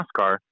NASCAR